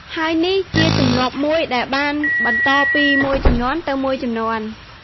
ហើយនេះជាទម្លាប់មួយដែលបានបន្តពីមួយជំនាន់ទៅមួយជំនាន់។